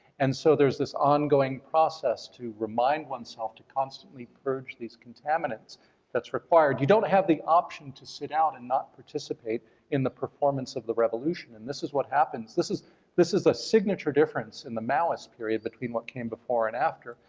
and so there's this ongoing process to remind oneself to constantly purge these contaminants that's required. you don't have the option to sit out and not participate in the performance of the revolution. and this is what happens, this is this is a signature difference in the maoist period between what came before and after,